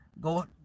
go